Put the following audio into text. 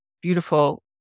beautiful